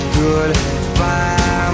goodbye